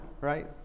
right